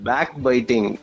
Backbiting